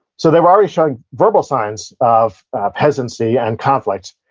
so, they're already showing verbal signs of hesitancy and conflict,